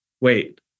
wait